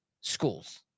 schools